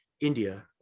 India